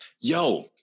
Yo